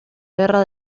guerra